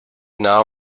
now